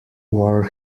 war